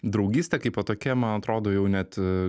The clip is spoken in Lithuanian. draugystė kaip va tokia man atrodo jau net